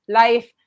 life